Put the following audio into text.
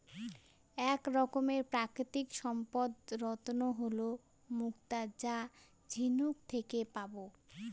এক রকমের প্রাকৃতিক সম্পদ রত্ন হল মুক্তা যা ঝিনুক থেকে পাবো